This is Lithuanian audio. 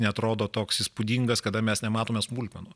neatrodo toks įspūdingas kada mes nematome smulkmenų